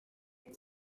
deol